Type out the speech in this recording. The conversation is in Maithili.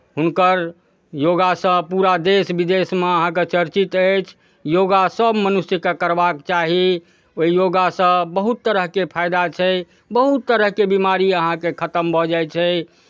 हुनकर योगासँ पूरा देश विदेशमे अहाँके चर्चित अछि योगा सभ मनुष्यकेँ करबाक चाही ओहि योगासँ बहुत तरहके फायदा छै बहुत तरहके बिमारी अहाँकेँ खतम भऽ जाइ छै